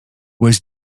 was